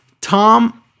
Tom